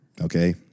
okay